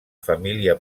família